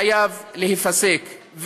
חייב להיפסק.